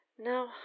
Now